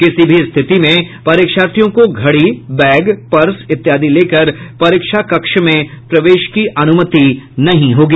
किसी भी स्थिति में परीक्षार्थियों को घड़ी बैग पर्स इत्यादि लेकर परीक्षा कक्ष में प्रवेश की अनुमति नहीं होगी